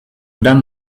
gran